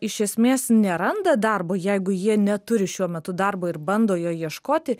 iš esmės neranda darbo jeigu jie neturi šiuo metu darbo ir bando jo ieškoti